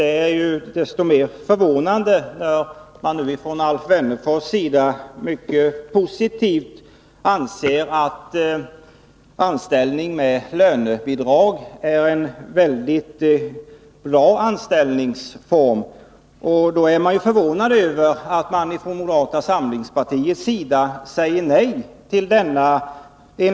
När nu Alf Wennerfors är mycket positivt inställd till ett lönebidrag och tycker att det är en mycket bra form, är jag förvånad över att moderata samlingspartiet säger nej till denna.